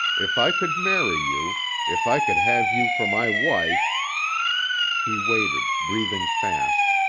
if i could marry you if i could have you for my wife he waited, breathing fast,